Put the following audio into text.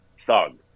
thug